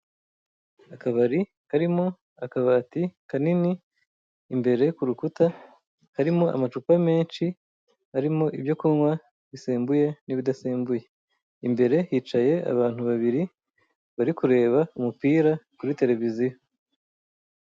Akabari karimo akabati kanini, imbere ku rukuta harimo amacupa menshi, arimo ibyo kunywa bisembuye n'ibidasembuye, imbere hicaye abantu babiri bari kureba umupira kuri tereviziyo.